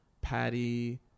Patty